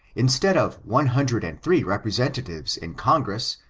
instead of one hundred and three representatives in congress,